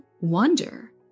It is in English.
wonder